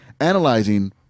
analyzing